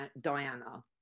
Diana